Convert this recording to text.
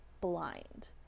blind